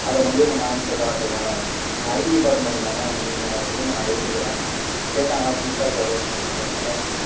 அதைக் கொண்டு உங்கள் மேம்ட்ட காட்டுங்கள் நீங்கள் ஐடி டிபார்ட்மெண்ட் தானே நீங்கள் கொடுங்க நான் எழுதித் தர்றேன் கேட்டாங்கன்னா ப்ரின்சிபால் சார் தான் சொன்னாங்கன்னு சொல்லுங்கள் நான் பார்த்துக்குறேன்